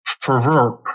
proverb